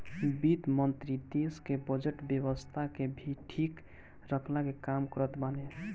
वित्त मंत्री देस के बजट व्यवस्था के भी ठीक रखला के काम करत बाने